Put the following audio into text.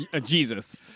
Jesus